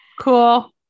Cool